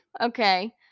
okay